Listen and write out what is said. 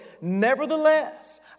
Nevertheless